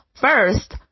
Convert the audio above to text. First